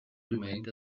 remained